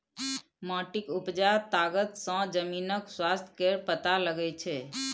माटिक उपजा तागत सँ जमीनक स्वास्थ्य केर पता लगै छै